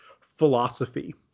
philosophy